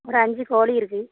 ஒரு அஞ்சு கோழி இருக்கு